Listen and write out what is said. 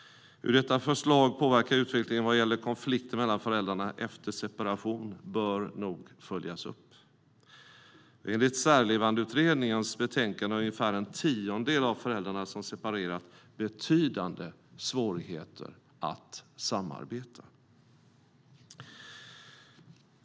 Hur detta förslag påverkar utvecklingen vad gäller konflikter mellan föräldrarna efter separation bör noga följas upp. Enligt Särlevandeutredningens betänkande har ungefär en tiondel av de föräldrar som separerat betydande svårigheter att samarbeta.